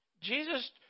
Jesus